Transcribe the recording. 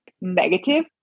negative